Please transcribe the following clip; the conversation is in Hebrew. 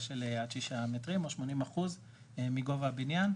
של עד שישה מטרים או 80 אחוז מגובה הבנין,